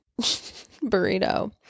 burrito